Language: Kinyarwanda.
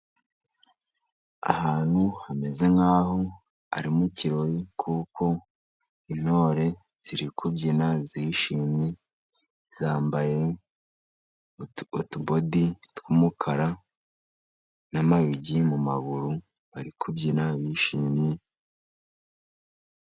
Ahantu hameze nkaho, ari mu kirori, kuko intore ziri kubyina zishimye, zambaye utubodi tw'umukara, n'amayugi mumaguru bari kubyina bishimye.